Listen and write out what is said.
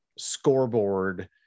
scoreboard